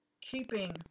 keeping